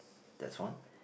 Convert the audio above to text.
that's one